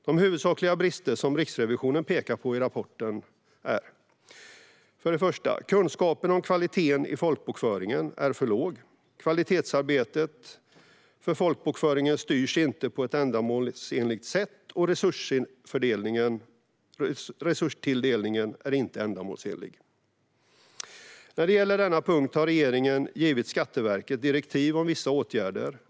De huvudsakliga brister som Riksrevisionen pekar på i rapporten är följande. För det första: Kunskapen om kvaliteten i folkbokföringen är för låg, kvalitetsarbetet för folkbokföringen styrs inte på ett ändamålsenligt sätt och resurstilldelningen är inte ändamålsenlig. När det gäller denna punkt har regeringen gett Skatteverket direktiv om vissa åtgärder.